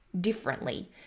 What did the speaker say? differently